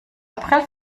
april